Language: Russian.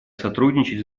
сотрудничать